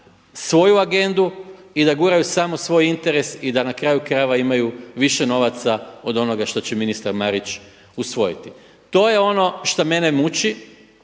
svoju agendu, i da guraju samo svoj interes i da na kraju krajeva imaju više novaca od onoga što će ministar Marić usvojiti. To je ono što mene muči